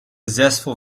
zestful